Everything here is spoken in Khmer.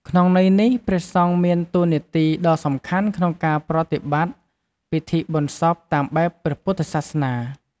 ក្នុងន័យនេះ ព្រះសង្ឃមានតួនាទីដ៏សំខាន់ក្នុងការប្រតិបត្តិពិធីបុណ្យសពតាមបែបព្រះពុទ្ធសាសនា។